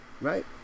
right